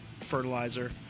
fertilizer